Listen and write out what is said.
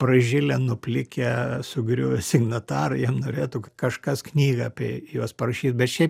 pražilę nuplikę sugriuvę signatarai jie norėtų kad kažkas knygą apie juos parašytų bet šiaip